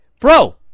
Bro